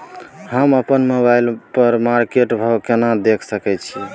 हम अपन मोबाइल पर मार्केट भाव केना देख सकै छिये?